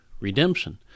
redemption